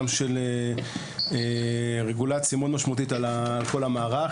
גם של רגולציה מאוד משמעותית על כל המערך.